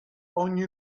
ogni